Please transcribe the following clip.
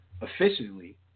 efficiently